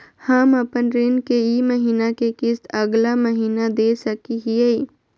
हम अपन ऋण के ई महीना के किस्त अगला महीना दे सकी हियई?